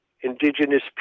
indigenous